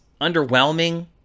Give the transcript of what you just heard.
Underwhelming